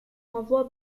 renvoie